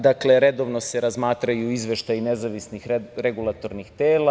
Dakle, redovno se razmatraju izveštaji nezavisnih regulatornih tela.